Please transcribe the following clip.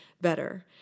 better